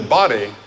body